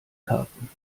karten